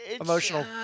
Emotional